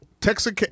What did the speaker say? Texas